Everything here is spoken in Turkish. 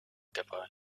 defa